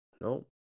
No